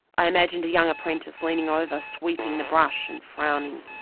i imagined a young apprentice leaning over, sweeping the brush and frowning.